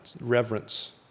reverence